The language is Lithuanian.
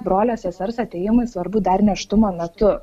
brolio sesers atėjimui svarbu dar nėštumo metu